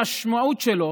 המשמעות שלו